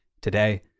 today